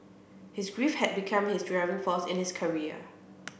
his grief had become his driving force in his career